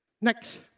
Next